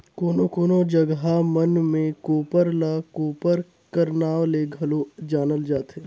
कोनो कोनो जगहा मन मे कोप्पर ल कोपर कर नाव ले घलो जानल जाथे